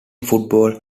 football